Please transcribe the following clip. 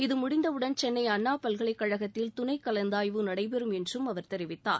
இது முடிந்தவுடன் சென்னை அண்ணா பல்கலைக் கழகத்தில் துணைக் கலந்தாய்வு நடைபெறும் என்றும் அவர் தெரிவித்தார்